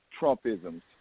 Trumpisms